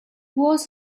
was